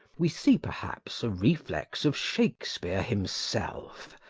we see, perhaps, a reflex of shakespeare himself,